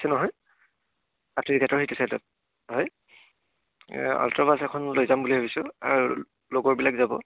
আছে নহয় ছাইডত হয় আল্ট্ৰা বাছ এখন লৈ যাম বুলি ভাবিছোঁ আৰু লগৰবিলাক যাব